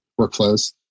workflows